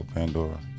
Pandora